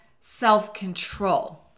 self-control